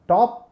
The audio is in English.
Top